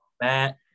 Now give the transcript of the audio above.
Matt